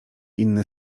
inny